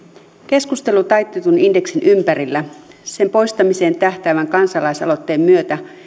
keskustelu taitetun indeksin ympärillä sen poistamiseen tähtäävän kansalaisaloitteen myötä